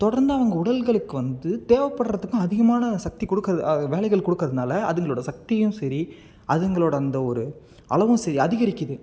தொடர்ந்து அவங்க உடல்களுக்கு வந்து தேவைப்படுறதுக்கும் அதிகமான சக்தி கொடுக்கது வேலைகள் கொடுக்கறதுனால் அதுங்களோடய சக்தியும் சரி அதுங்களோடய அந்த ஒரு அளவும் சரி அதிகரிக்குது